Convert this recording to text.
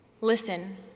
Listen